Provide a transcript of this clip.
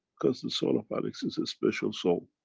because the soul of alex is a special soul,